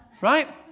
Right